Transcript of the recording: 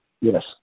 Yes